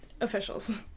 officials